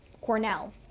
Cornell